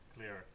Clear